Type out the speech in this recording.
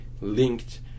linked